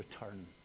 return